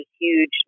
huge